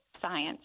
science